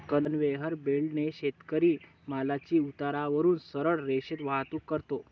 conveyor बेल्टने शेतकरी मालाची उतारावरून सरळ रेषेत वाहतूक करतो